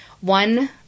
one